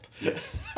Yes